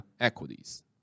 equities